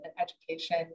education